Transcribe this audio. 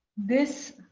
this.